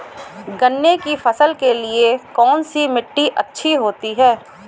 गन्ने की फसल के लिए कौनसी मिट्टी अच्छी होती है?